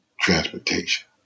transportation